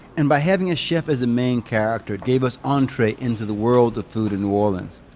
and by having a chef as a main character, it gave us entree into the world of food in new orleans.